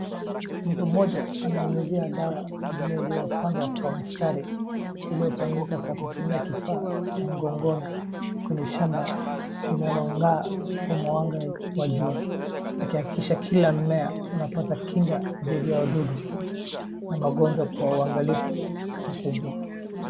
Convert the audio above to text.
Mtu mmoja ananyunyizia dawa mimea iliyopandwa kwa mistari, iliyopangika kwa kutumia kifaa cha mgongoni kwenye shamba linalong'aa kwa mwanga wa jua. Akihakikisha kila mmea unapata kinga dhidi ya wadudu na magonjwa kwa uangalifu mkubwa.